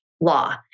law